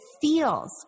feels